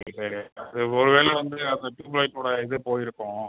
சரி அது ஒரு வேளை வந்து அந்த ட்யூப்லைட்டோடய இது போகிருக்கும்